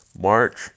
March